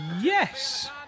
yes